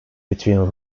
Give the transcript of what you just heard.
between